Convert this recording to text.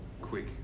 quick